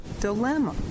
dilemma